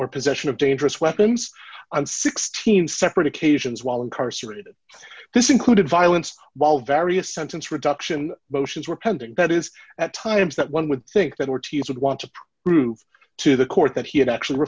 or possession of dangerous weapons and sixteen separate occasions while incarcerated this included violence while various sentence reduction motions were pending that is at times that one would think that ortiz would want to prove to the court that he had actual